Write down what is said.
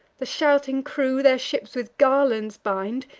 the shouting crew their ships with garlands bind,